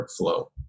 workflow